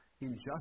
injustice